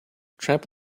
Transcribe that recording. trample